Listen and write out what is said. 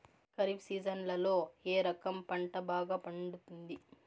ఖరీఫ్ సీజన్లలో ఏ రకం పంట బాగా పండుతుంది